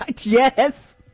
yes